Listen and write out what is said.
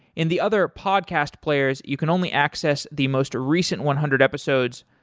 in the other podcast players, you can only access the most recent one hundred episodes,